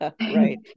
right